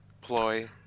ploy